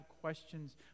questions